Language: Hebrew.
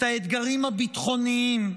את האתגרים הביטחוניים,